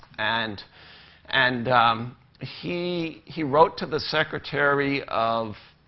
and and he he wrote to the secretary of